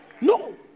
No